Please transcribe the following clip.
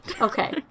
Okay